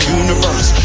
universe